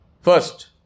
First